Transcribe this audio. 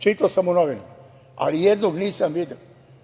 Čitao sam u novinama, ali nijednog nisam video.